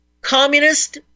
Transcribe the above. Communist